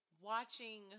watching